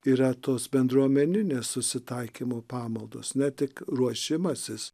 yra tos bendruomeninė susitaikymo pamaldos ne tik ruošimasis